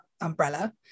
umbrella